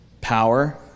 power